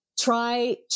try